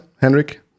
Henrik